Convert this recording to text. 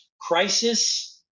Crisis